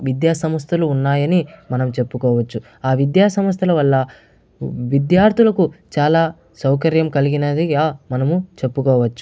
విద్యాసంస్థలు ఉన్నాయని మనం చెప్పుకోవచ్చు ఆ విద్యాసంస్థల వల్ల విద్యార్థులకి చాలా సౌకర్యం కలిగినదిగా మనం చెప్పుకోవచ్చు